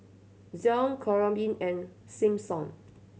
Zion Corean and Simpson